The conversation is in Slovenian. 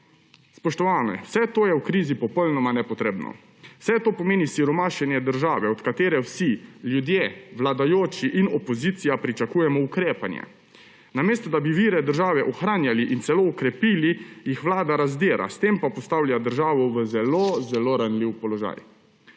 Spoštovani, vse to je v krizi popolnoma nepotrebno. Vse to pomeni siromašenje države, od katere vsi, ljudje, vladajoči in opozicija, pričakujemo ukrepanje. Namesto da bi vire države ohranjali in celo okrepili, jih vlada razdira, s tem pa postavlja državo v zelo zelo ranljiv položaj.